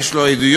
יש לו עדויות,